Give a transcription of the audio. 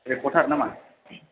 reporter ना मा